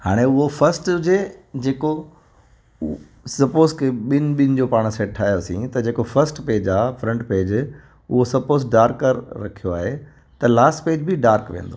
हाणे उहो फ़र्स्ट हुजे जेको उ सपोस के ॿिनि ॿिनि जो पाण सेट ठाहियोसीं त जेको फ़र्स्ट पेज आहे फ़्रंट पेज उहो सपॉज़ डार्कर रखियो आहे त लास्ट पेज बि डार्क वेंदो